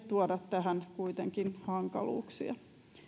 tuoda tähän kuitenkin hankaluuksia